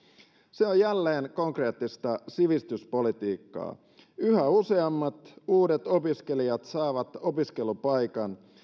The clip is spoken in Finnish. se on jälleen konkreettista sivistyspolitiikkaa yhä useammat uudet opiskelijat saavat opiskelupaikan